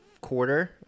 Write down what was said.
quarter